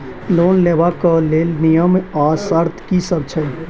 Loan लेबऽ कऽ लेल नियम आ शर्त की सब छई?